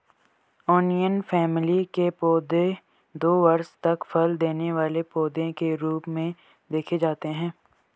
onion family के पौधे दो वर्ष तक फल देने वाले पौधे के रूप में देखे जाते हैं